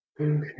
Okay